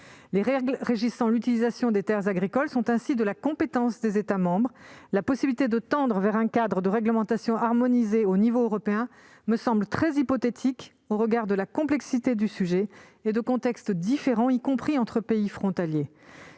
Les règles régissant l'utilisation des terres agricoles relèvent ainsi de la compétence des États membres. La possibilité de tendre vers un cadre de réglementation harmonisé à l'échelon européen me semble donc très hypothétique au regard de la complexité du sujet et de contextes différents, y compris entre pays frontaliers.